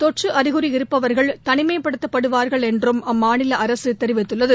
தொற்றுஅறிகுறி இருப்பவர்கள் தனிமைப்படுத்தப்படுவார்கள் என்றும் அம்மாநில அரசு தெரிவித்துள்ளது